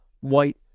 white